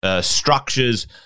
Structures